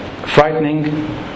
frightening